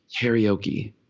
karaoke